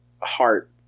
heart